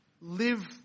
live